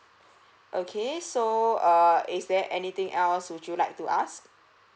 okay so err is there anything else would you like to ask